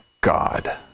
God